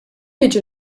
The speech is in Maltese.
niġu